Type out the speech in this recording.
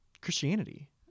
Christianity